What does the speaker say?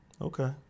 okay